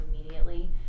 immediately